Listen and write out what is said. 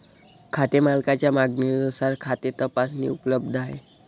खाते मालकाच्या मागणीनुसार खाते तपासणी उपलब्ध आहे